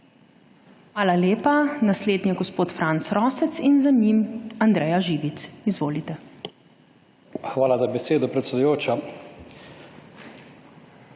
Hvala lepa. Naslednji je gospod Franc Rosec in za njim Andreja Živic. Izvolite. FRANC ROSEC (PS SDS): Hvala za besedo, predsedujoča.